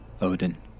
Odin